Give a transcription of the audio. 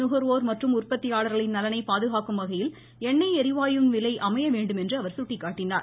நுகர்வோர் மற்றும் உற்பத்தியாளர்களின் நலனை பாதுகாக்கும்வகையில் எண்ணெய் எரிவாயுவின் விலை அமையவேண்டுமென்று சுட்டிக்காட்டினார்